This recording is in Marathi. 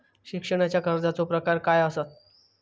शिक्षणाच्या कर्जाचो प्रकार काय आसत?